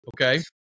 okay